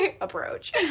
approach